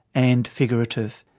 and figurative.